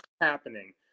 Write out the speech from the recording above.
happening